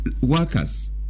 workers